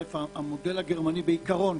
המודל הגרמני, בעיקרון,